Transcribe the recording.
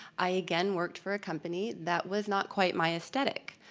i again, worked for a company that was not quite my aesthetic,